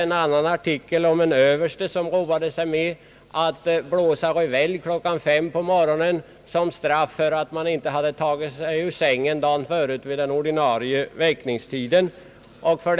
En annan artikel beskrev en överste som roade sig med att låta blåsa revelj klockan fem på morgonen som straff för att de värnpliktiga inte hade tagit sig ur sängen vid den ordinarie väckningstiden dagen innan.